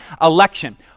election